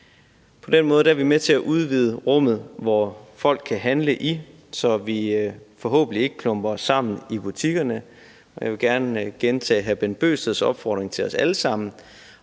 På den måde er vi med til at udvide rummet, hvori folk kan handle, så vi forhåbentlig ikke klumper os sammen i butikkerne. Og jeg vil gerne gentage hr. Bent Bøgsteds opfordring til os alle sammen